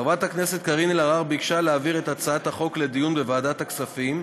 חברת הכנסת קארין אלהרר ביקשה להעביר את הצעת החוק לדיון בוועדת הכספים.